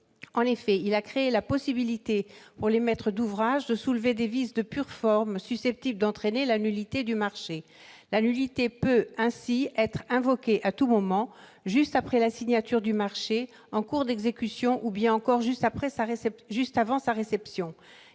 En effet, il a créé la possibilité, pour les maîtres d'ouvrage, de soulever des vices de pure forme susceptibles d'entraîner la nullité du marché. La nullité peut, ainsi, être invoquée à tout moment : juste après la signature du marché, en cours d'exécution ou bien encore juste avant sa réception.